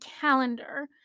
calendar